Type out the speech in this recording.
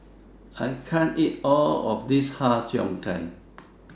I can't eat All of This Har Cheong Gai